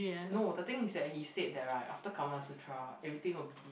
no the thing is that he said that right after Karmasutra everything will be